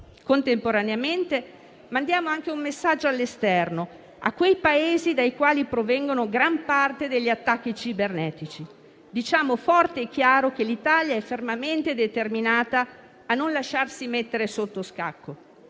Contemporaneamente, mandiamo anche un messaggio all'esterno, a quei Paesi dai quali provengono gran parte degli attacchi cibernetici. Diciamo forte e chiaro che l'Italia è fermamente determinata a non lasciarsi mettere sotto scacco.